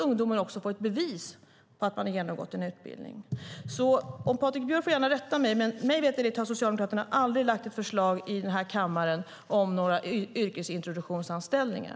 Ungdomar ska få ett bevis på att de har genomgått en utbildning. Patrik Björck får gärna rätta mig, men mig veterligt har Socialdemokraterna aldrig lagt fram ett förslag i kammaren om några yrkesintroduktionsanställningar.